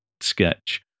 sketch